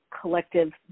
collective